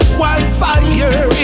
wildfire